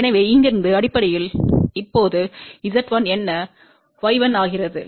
எனவே இங்கிருந்து அடிப்படையில் இப்போது z1 என்ன y1 ஆகிறது